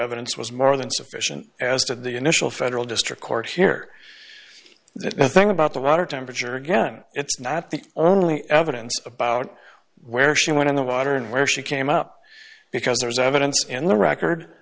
evidence was more than sufficient as did the initial federal district court here that nothing about the water temperature again it's not the only evidence about where she went in the water and where she came out because there's evidence and the record